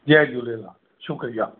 जय झूलेलाल शुक्रिया